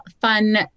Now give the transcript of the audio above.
fun